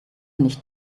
nicht